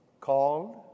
Called